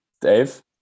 Dave